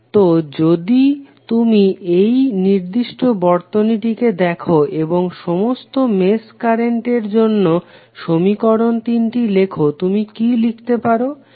তো যদি তুমি এই নির্দিষ্ট বর্তনীটিকে দেখো এবং সমস্ত মেশ কারেন্টের জন্য সমীকরণ তিনটি লেখো তুমি কি লিখতে পারবে